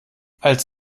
als